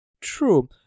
True